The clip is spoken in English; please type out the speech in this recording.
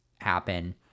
happen